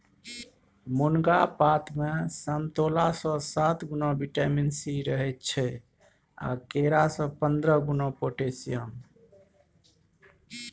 मुनगा पातमे समतोलासँ सात गुणा बिटामिन सी रहय छै आ केरा सँ पंद्रह गुणा पोटेशियम